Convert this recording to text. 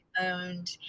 owned